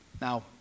Now